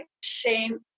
shame